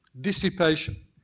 Dissipation